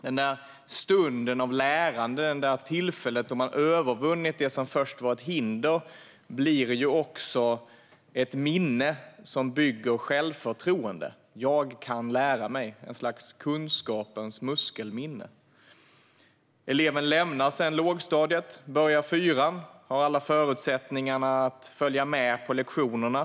Den där stunden av lärande och det där tillfället när man övervunnit det som först var ett hinder blir också ett minne som bygger självförtroende: Jag kan lära mig. Det blir ett slags kunskapens muskelminne. Eleven lämnar sedan lågstadiet och börjar i fyran med alla förutsättningar att följa med på lektionerna.